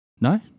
no